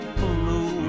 blue